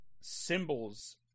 symbols